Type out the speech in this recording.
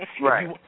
Right